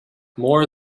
more